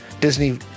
disney